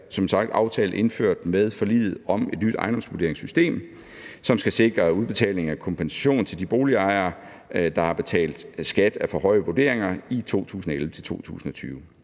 som sagt med forliget om et nyt ejendomsvurderingssystem aftalt, at der skal sikres udbetaling af kompensation til de boligejere, der har betalt skat af for høje vurderinger i 2011-2020.